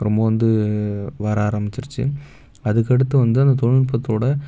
ரொம்ப வந்து வர ஆரம்மிச்சிருச்சு அதுக்கடுத்து வந்து அந்த தொழில்நுட்பத்தோடு